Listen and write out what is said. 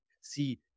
see